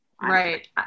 Right